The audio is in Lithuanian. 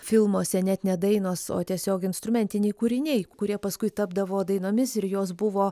filmuose net ne dainos o tiesiog instrumentiniai kūriniai kurie paskui tapdavo dainomis ir jos buvo